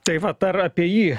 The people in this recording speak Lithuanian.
tai va per apie jį